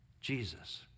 Jesus